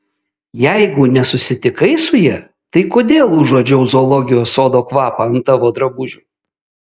jeigu nesusitikai su ja tai kodėl užuodžiau zoologijos sodo kvapą ant tavo drabužių